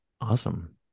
Awesome